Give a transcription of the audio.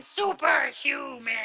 Superhuman